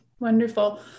Wonderful